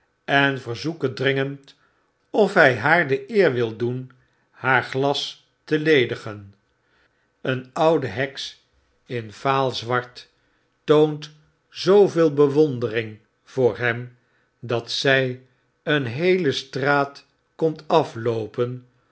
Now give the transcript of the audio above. en verzoeken dringend of hy haar de eer wil doen haar glas te ledigen een oude heks in vaal zwarfctoont zooveel bewondering voor hem dat zij een heele straat komt